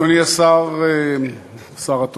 אדוני השר התורן